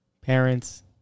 parents